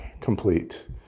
complete